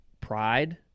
pride